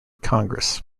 congress